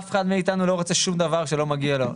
אף אחד מאתנו לא רוצה שום דבר שלא מגיע לו,